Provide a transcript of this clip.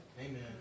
Amen